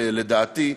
לדעתי,